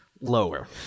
Lower